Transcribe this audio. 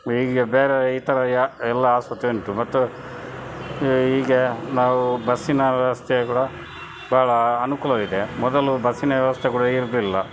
ಈಗ ಬೇರೆ ಈ ಥರ ಯ ಎಲ್ಲ ಆಸ್ಪತ್ರೆ ಉಂಟು ಮತ್ತು ಈಗ ನಾವು ಬಸ್ಸಿನ ವ್ಯವಸ್ಥೆ ಕೂಡ ಭಾಳ ಅನುಕೂಲವಿದೆ ಮೊದಲು ಬಸ್ಸಿನ ವ್ಯವಸ್ಥೆ ಕೂಡ ಇರಲಿಲ್ಲ